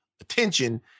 attention